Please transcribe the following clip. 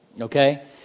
Okay